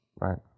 right